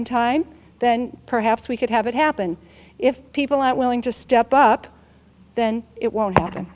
in time then perhaps we could have it happen if people are willing to step up then it won't happen